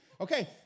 Okay